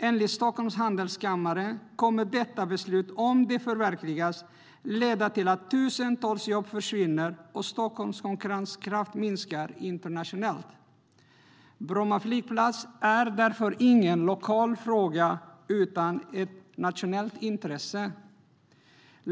Enligt Stockholms Handelskammare kommer detta beslut, om det förverkligas, att leda till att tusentals jobb försvinner och att Stockholms konkurrenskraft minskar internationellt. Bromma flygplats är därför ingen lokal fråga utan ett nationellt intresse.